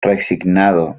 resignado